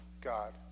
God